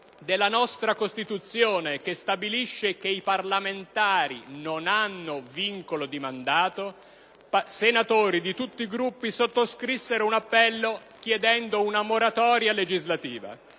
della nostra Costituzione che stabilisce che i parlamentari non hanno vincolo di mandato) sottoscrissero un appello chiedendo una moratoria legislativa,